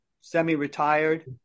semi-retired